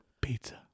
Pizza